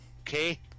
Okay